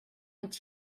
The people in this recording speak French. est